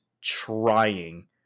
trying